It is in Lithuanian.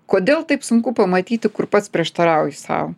kodėl taip sunku pamatyti kur pats prieštarauji sau